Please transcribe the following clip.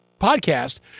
podcast